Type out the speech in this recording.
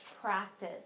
practice